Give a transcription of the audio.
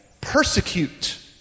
Persecute